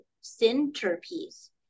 centerpiece